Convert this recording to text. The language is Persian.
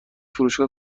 فروشگاه